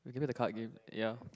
you can do the card game ya